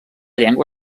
llengua